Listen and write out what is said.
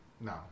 No